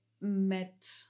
met